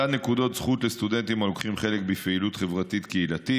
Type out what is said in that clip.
מתן נקודות זכות לסטודנטים הלוקחים חלק בפעילות חברתית-קהילתית,